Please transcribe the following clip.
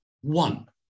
one